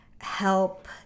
help